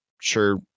sure